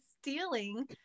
stealing